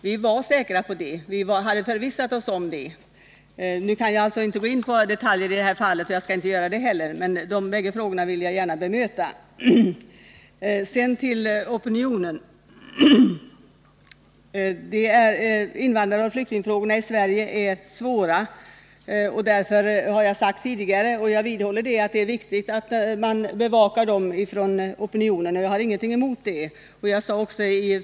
Vi var emellertid säkra på detta, eftersom vi hade förvissat oss härom. Nu kan jag inte gå in på alla detaljer, men jag har gärna velat bemöta Oswald Söderqvist på dessa två punkter. Sedan till opinionen. Som jag sagt tidigare är invandraroch flyktingfrågorna svåra. Jag vidhåller att det är viktigt att dessa frågor bevakas av opinionen och har alltså ingenting emot detta.